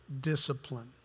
discipline